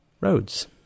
roads